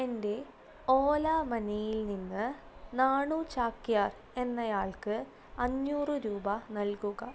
എൻ്റെ ഓലാ മണിയിൽ നിന്ന് നാണു ചാക്യാർ എന്നയാൾക്ക് അഞ്ഞൂറ് രൂപ നൽകുക